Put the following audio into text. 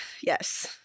Yes